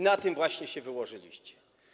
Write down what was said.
Na tym właśnie się wyłożyliście.